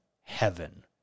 heaven